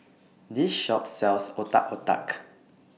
This Shop sells Otak Otak